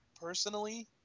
personally